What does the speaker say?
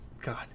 God